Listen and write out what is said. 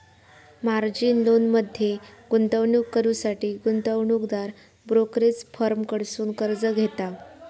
margin लोनमध्ये गुंतवणूक करुसाठी गुंतवणूकदार ब्रोकरेज फर्म कडसुन कर्ज घेता